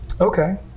okay